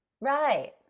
Right